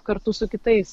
kartu su kitais